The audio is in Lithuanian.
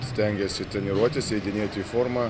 stengiasi treniruotis eidinėti į formą